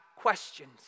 Questions